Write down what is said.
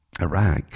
Iraq